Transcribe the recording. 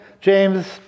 James